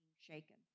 shaken